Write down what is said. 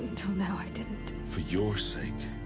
until now i didn't. for your sake.